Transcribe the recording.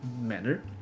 manner